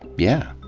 yeah,